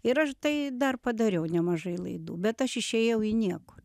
ir aš tai dar padariau nemažai laidų bet aš išėjau į niekur